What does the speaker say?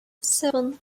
seven